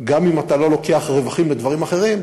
גם אם אתה לא לוקח רווחים לדברים אחרים,